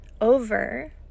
over